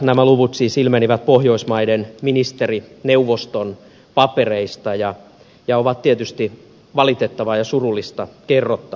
nämä luvut siis ilmenivät pohjoismaiden ministerineuvoston papereista ja ovat tietysti valitettavaa ja surullista kerrottavaa